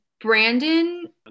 Brandon